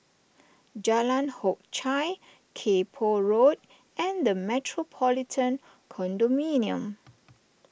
Jalan Hock Chye Kay Poh Road and the Metropolitan Condominium